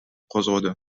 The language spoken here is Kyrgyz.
козгоду